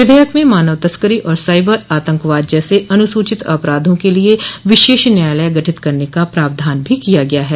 विधेयक में मानव तस्करी और साइबर आतंकवाद जैसे अनुसूचित अपराधों के लिए विशेष न्यायालय गठित करने का प्रावधान भी किया गया है